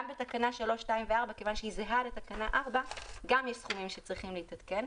גם ב-3(2) ו-3(4) יש סכומים שצריכים להתעדכן,